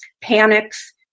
panics